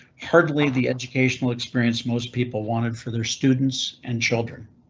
hardly the educational experience most people wanted for their students and children.